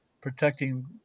protecting